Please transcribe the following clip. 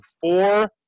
four